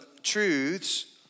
truths